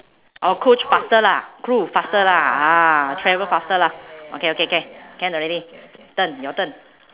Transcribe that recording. or coach faster lah cruise faster lah ah travel faster lah okay okay K can can already turn your turn